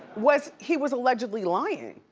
was he was allegedly lying.